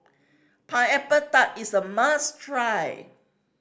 Pineapple Tart is a must try